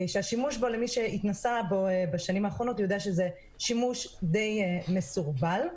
שהשימוש בו למי שהתנסה בו בשנים האחרונות יודע שהוא שימוש די מסורבל,